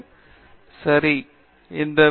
பேராசிரியர் பிரதாப் ஹரிதாஸ் சரி